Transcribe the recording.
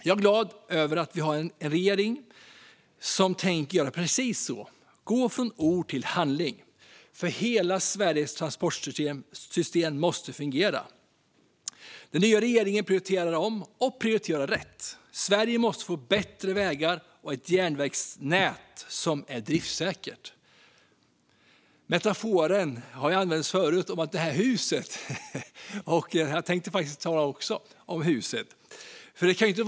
Jag är glad över att vi nu har en regering som tänker göra precis så och gå från ord till handling, för hela Sveriges transportsystem måste fungera. Den nya regeringen prioriterar om och prioriterar rätt. Sverige måste få bättre vägar och ett järnvägsnät som är driftssäkert. Metaforen med huset har använts förut, och jag tänkte ta den nu också och tala om huset.